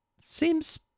Seems